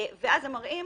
ואז הם מראים: